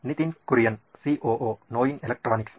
Nitin Kurian COO ನೋಯಿನ್ electronics